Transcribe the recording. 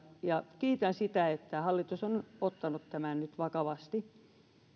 ja kiitän siitä että hallitus on ottanut tämän nyt vakavasti